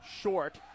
short